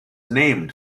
named